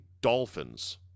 dolphins